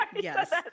yes